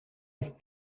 ist